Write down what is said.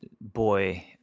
boy